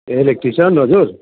ए electrician हजुर